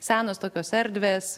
senos tokios erdvės